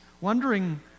wondering